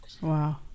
Wow